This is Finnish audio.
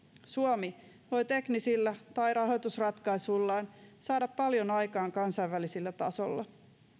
suomi voi teknisillä tai rahoitusratkaisuillaan saada paljon aikaan kansainvälisellä tasolla